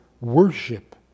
worship